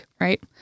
right